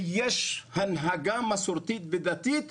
ויש הנהגה מסורתית ודתית